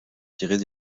tirées